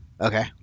Okay